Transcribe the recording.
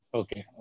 okay